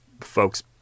folks